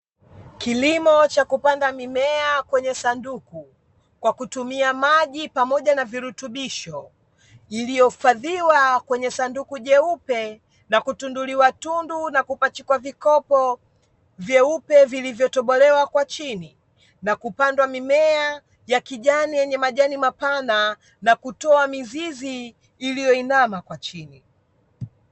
Kilimo cha kupanda mimea kwenye sanduku, kwa kutumia maji pamoja na virutubisho, iliyohifadhiwa kwenye sanduku jeupe na kutunduliwa tundu na kupachikwa vikopo, vyeupe vilivyotobolewa kwa chini, na kupanda mimea ya kijani yenye majani mapana, na kutoa mizizi iliyoinama kwa chini.